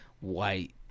white